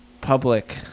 public